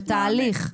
זה תהליך.